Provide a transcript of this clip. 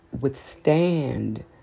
withstand